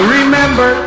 remember